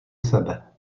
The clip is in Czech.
sebe